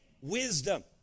wisdom